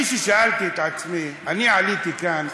אני, כששאלתי את עצמי, אני עליתי לכאן,